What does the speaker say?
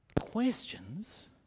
questions